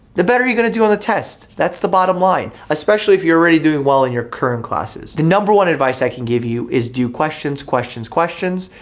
the better you're gonna do on the test. that's the bottom line. especially if you're already doing well in your current classes. the number one advice i can give you is do questions, questions, questions,